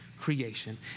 creation